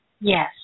Yes